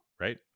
right